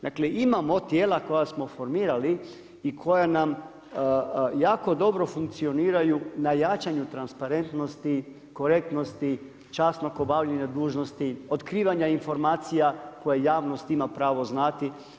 Dakle, imamo tijela koja smo formirali i koja nam jako dobro funkcioniraju na jačanju transparentnosti, korektnosti, časnog obavljanja dužnosti, otkrivanja informacija koje javnost ima pravo znati.